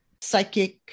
Psychic